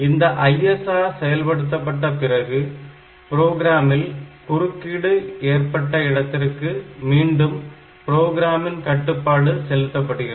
இந்த ISR செயல்படுத்தப்பட்ட பிறகு புரோகிராமில் குறுக்கீடு ஏற்பட்ட இடத்திற்கு மீண்டும் புரோகிராமின் கட்டுப்பாடு செலுத்தப்படுகிறது